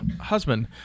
husband